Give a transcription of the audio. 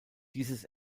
dieses